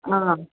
आं